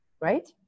right